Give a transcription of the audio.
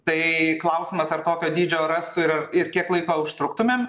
tai klausimas ar tokio dydžio rastų ir ar ir kiek laiko užtruktumėm